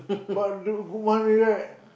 part two one million right